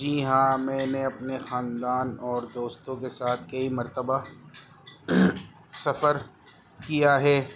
جی ہاں میں نے اپنے خاندان اور دوستوں کے ساتھ کئی مرتبہ سفر کیا ہے